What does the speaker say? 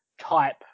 type